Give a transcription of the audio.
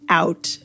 out